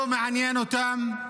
לא מעניין אותם,